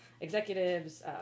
executives